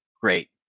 Great